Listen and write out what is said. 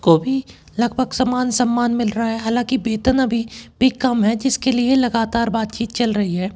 को भी लगभग सामान सम्मान मिल रहा है हालांकि वेतन अभी भी कम है जिसके लिए लगातार बातचीत चल रही है